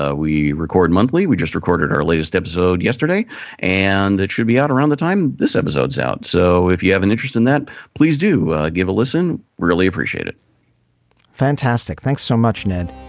ah we record monthly. we just recorded our latest episode yesterday and it should be out around the time this episode is out. so if you have an interest in that please do give a listen. really appreciate it fantastic. thanks so much ned.